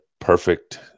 perfect